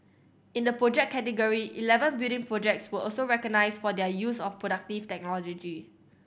in the Project category eleven building projects were also recognised for their use of productive technology